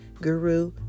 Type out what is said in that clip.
guru